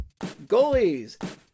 Goalies